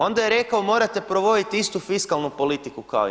Onda je rekao morate provoditi istu fiskalnu politiku kao i mi.